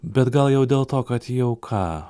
bet gal jau dėl to kad jau ką